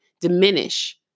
diminish